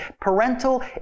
parental